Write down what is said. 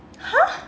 !huh!